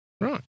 Right